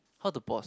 how to pause